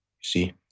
see